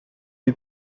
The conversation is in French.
lui